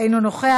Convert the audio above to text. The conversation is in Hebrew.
אינו נוכח,